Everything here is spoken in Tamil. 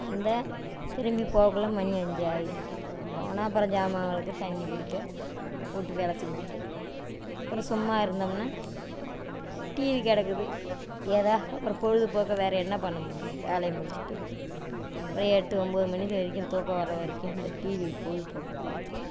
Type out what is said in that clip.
வந்தால் திரும்பி போகக்குள்ள மணி அஞ்சு ஆயிடுங்கள் போனால் அப்புறம் ஜாமான் விளக்க தண்ணி பிடிக்க வீட்டு வேலை செஞ்சிட்டு அப்புறம் சும்மா இருந்தோம்னால் டிவி கிடக்குது எதாக அப்புறம் பொழுதுபோக்காக வேற என்ன பண்ண முடியும் வேலையை முடிச்சிட்டு இவ எட்டு ஒம்பது மணி வரைக்கும் தூக்கம் வர வரைக்கும் இந்த டிவி பொழுதுபோக்கை பார்ப்போம்